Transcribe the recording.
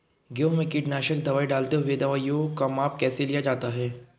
गेहूँ में कीटनाशक दवाई डालते हुऐ दवाईयों का माप कैसे लिया जाता है?